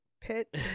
pit